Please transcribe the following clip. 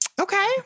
Okay